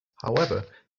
however